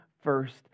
first